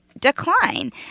decline